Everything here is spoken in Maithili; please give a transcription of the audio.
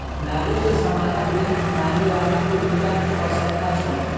नारी के सम्मानक लेल नारीवादी उद्यमिता के आवश्यकता छल